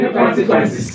consequences